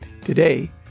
Today